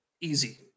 easy